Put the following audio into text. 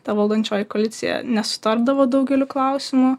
ta valdančioji koalicija nesutardavo daugeliu klausimų